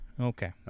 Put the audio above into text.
Okay